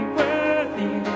worthy